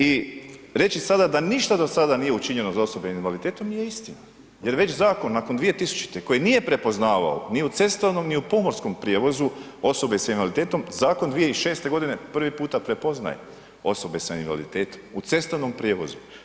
I reći sada da ništa do sada nije učinjeno za osobe s invaliditetom, nije istina jer već zakon, nakon 2000. koji nije prepoznavao ni u cestovnom ni u pomorskom prijevozu osobe s invaliditetom, zakon 2006. g. prvi puta prepoznaje osobe s invaliditetom u cestovnom prijevozu.